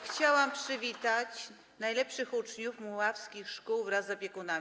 Chciałabym przywitać najlepszych uczniów mławskich szkół wraz z opiekunami.